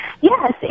Yes